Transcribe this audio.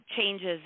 changes